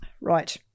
Right